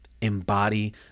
embody